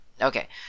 Okay